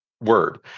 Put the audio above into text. word